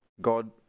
God